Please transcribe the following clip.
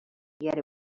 yet